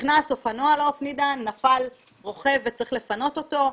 נכנס אופנוע לאופנידן, נפל רוכב וצריך לפנות אותו,